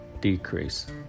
decrease